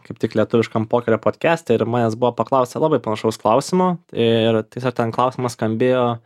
kaip tik lietuviškam pokerio podkeste ir manęs buvo paklausę labai panašaus klausimo ir tiesiog ten klausimas skambėjo